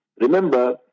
remember